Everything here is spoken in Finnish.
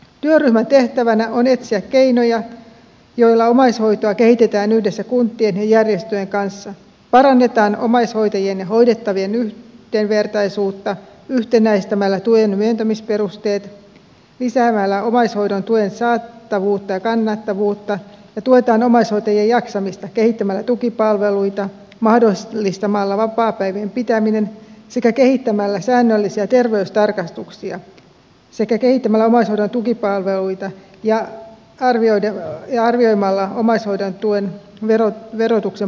työryhmän tehtävänä on etsiä keinoja joilla omaishoitoa kehitetään yhdessä kuntien ja järjestöjen kanssa parannetaan omais hoitajien ja hoidettavien yhdenvertaisuutta yhtenäistämällä tuen myöntämisperusteet lisäämällä omaishoidon tuen saatavuutta ja kannattavuutta ja tuetaan omaishoitajien jaksamista kehittämällä tukipalveluita mahdollistamalla vapaapäivien pitäminen sekä kehittämällä säännöllisiä terveystarkastuksia sekä kehittämällä omaishoidon tukipalveluita ja arvioimalla omaishoidon tuen verotuksen poistomahdollisuutta